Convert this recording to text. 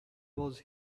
was